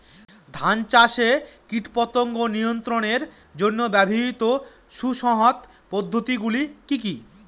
ধান চাষে কীটপতঙ্গ নিয়ন্ত্রণের জন্য ব্যবহৃত সুসংহত পদ্ধতিগুলি কি কি?